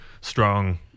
strong